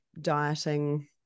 dieting